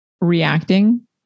reacting